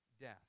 death